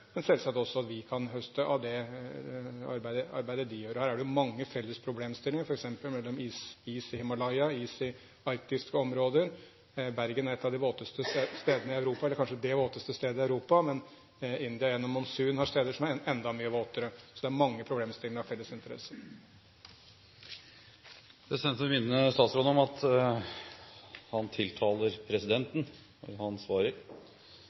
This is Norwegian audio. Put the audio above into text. at vi kan høste av det arbeidet de gjør. Her er det mange felles problemstillinger f.eks. mellom is i Himalaya og is i arktiske områder. Bergen er et av de våteste stedene i Europa, kanskje det aller våteste, mens India gjennom monsuner har steder som er enda mye våtere. Så det er mange problemstillinger av felles interesse. Presidenten vil minne statsråden om at han taler til presidenten når han svarer.